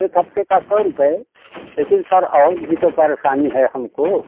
एक हफ़्ते का सौ रुपये लेकिन सर और भी तो परेशानी है हमको